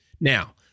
Now